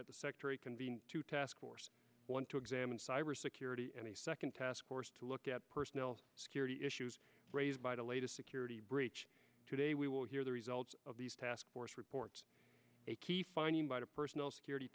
that the secretary convened to task force one to examine cyber security any second task force to look at personnel security issues raised by the latest security breach today we will hear the results of these task force reports a key finding by the personal security